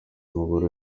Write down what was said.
umugore